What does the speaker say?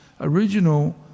original